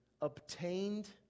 obtained